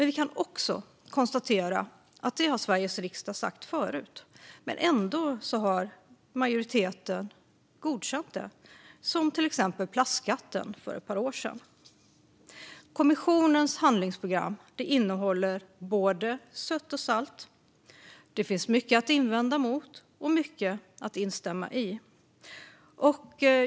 Vi kan dock konstatera att Sveriges riksdag har sagt det förut men att majoriteten ändå gett sitt godkännande, som till exempel med plastskatten för ett par år sedan. Kommissionens handlingsprogram innehåller både sött och salt. Det finns mycket att invända mot och mycket att instämma i.